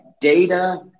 data